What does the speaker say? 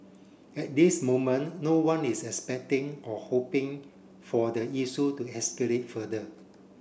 at this moment no one is expecting or hoping for the issue to escalate further